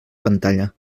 pantalla